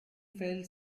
fell